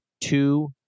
two